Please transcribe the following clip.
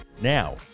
Now